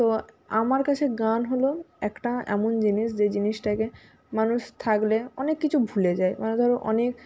তো আমার কাছে গান হলো একটা এমন জিনিস যে জিনিসটাকে মানুষ থাকলে অনেক কিছু ভুলে যায় মানে ধরো অনেক